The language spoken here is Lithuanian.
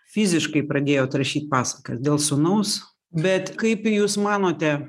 fiziškai pradėjot rašyt pasakas dėl sūnaus bet kaip jūs manote